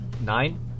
Nine